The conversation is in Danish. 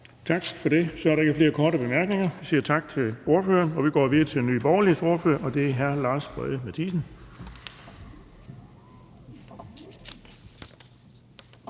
Tak for det. Der er ikke flere korte bemærkninger. Vi siger tak til ordføreren og går videre til Nye Borgerliges ordfører. Det er hr. Lars Boje Mathiesen.